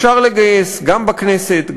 אפשר לגייס גם בכנסת,